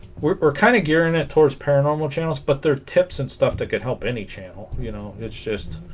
we're kind of gearing it towards paranormal channels but their tips and stuff that could help any channel you know it's just